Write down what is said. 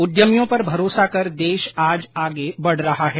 उद्यमियों पर भरोसा कर देश आज आगे बढ़ रहा है